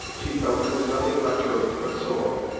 she felt there was nothing left her but sorrow.